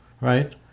right